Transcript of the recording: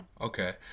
Okay